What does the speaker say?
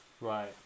Right